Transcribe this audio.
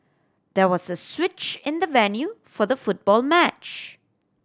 there was a switch in the venue for the football match